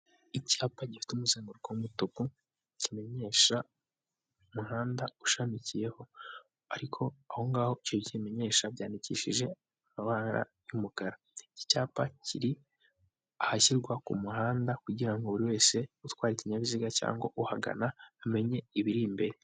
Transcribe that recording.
Icyapa gifite umusemburoko w'umutuku kimenyesha umuhanda ushamikiyeho ariko aho ngaho kimenyesha byandikishije amabara y'umukara. Iki cyapa kiri ahashyirwa ku muhanda kugira buri wese utware ikinyabiziga cyangwa uhagana amenye ibiri imbere.